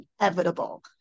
inevitable